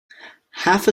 half